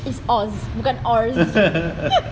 it's oz bukan orz